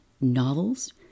novels